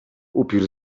upiór